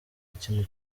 ikintu